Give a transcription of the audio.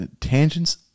Tangents